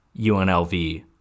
UNLV